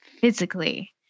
physically